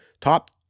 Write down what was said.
top